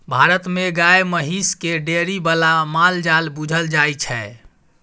भारत मे गाए महिष केँ डेयरी बला माल जाल बुझल जाइ छै